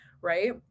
right